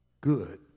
good